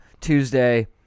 Tuesday